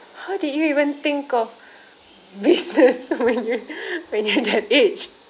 how did you even think of business when you're when you're that age